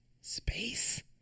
Space